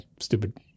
stupid